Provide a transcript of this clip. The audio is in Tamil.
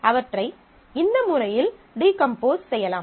அவற்றை இந்த முறையில் டீகம்போஸ் செய்யலாம்